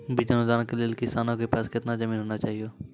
बीज अनुदान के लेल किसानों के पास केतना जमीन होना चहियों?